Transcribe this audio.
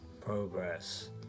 Progress